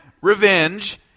revenge